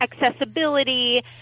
accessibility